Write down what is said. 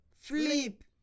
Flip